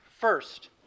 First